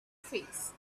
face